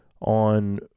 on